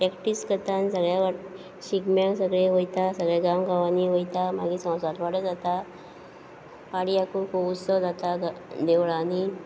practice करतात आनी सगळ्या वाट शिगम्यांक सगळे वयता सगळे गांव गांवांनी वयता मागीर संवसार पाडवो जाता पाडयाकू खूब उत्सव जातात घ देवळांनी